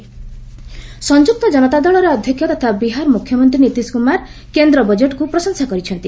Nitish budget ସଂଯୁକ୍ତ ଜନତା ଦଳର ଅଧ୍ୟକ୍ଷ ତଥା ବିହାର ମୁଖ୍ୟମନ୍ତ୍ରୀ ନୀତିଶ କୁମାର କେନ୍ଦ୍ର ବଜେଟ୍କୁ ପ୍ରଶଂସା କରିଛନ୍ତି